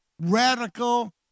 radical